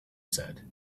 said